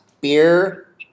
beer